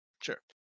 Sure